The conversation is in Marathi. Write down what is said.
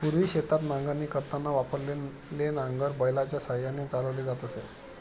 पूर्वी शेतात नांगरणी करताना वापरलेले नांगर बैलाच्या साहाय्याने चालवली जात असे